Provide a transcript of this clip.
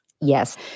Yes